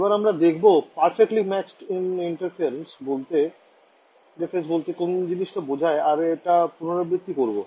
এবার আমরা দেখবো perfectly matched interface বলতে কোন জিনিসটা বোঝায় আর এটা পুনরাবৃত্তি করবো